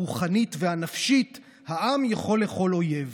הרוחנית והנפשית העם יכול לכל אויב.